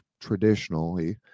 traditionally